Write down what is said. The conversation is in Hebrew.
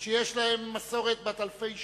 שיש להם מסורת בת אלפי שנים.